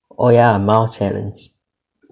oh ya mouse challenge